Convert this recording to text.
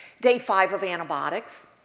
day five of antibiotics,